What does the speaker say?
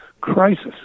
crisis